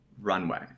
runway